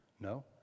No